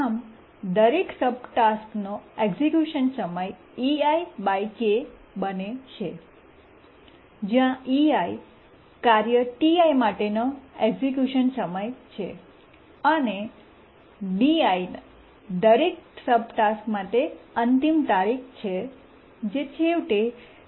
આમ દરેક સબટાસ્કનો એક્ઝેક્યુશન સમય ei k ઈઆઈ કે બને છે જ્યાં ei ઈઆઈ કાર્ય Ti ટિઆઈ માટેનો એક્ઝેક્યુશન સમય છે અને di ડીઆઈ આ દરેક સબટાસ્ક માટે અંતિમ તારીખ છે જે છેવટે dik